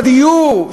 הדיור,